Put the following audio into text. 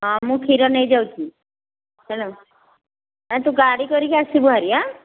ହଁ ମୁଁ କ୍ଷୀର ନେଇଯାଉଛି ହେଲା ଆରେ ତୁ ଗାଡି କରିକି ଆସିବୁ ହାରି ହାଁ